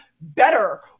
better